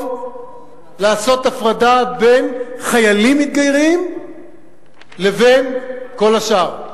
לעשות הפרדה בין חיילים מתגיירים לבין כל השאר.